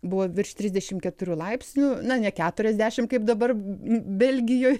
buvo virš trisdešim keturių laipsnių na ne keturiasdešim kaip dabar belgijoj